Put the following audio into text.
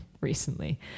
recently